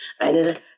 Right